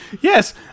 Yes